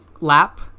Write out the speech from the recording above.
lap